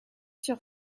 sur